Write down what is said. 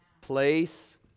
Place